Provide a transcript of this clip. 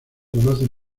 conocen